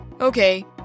Okay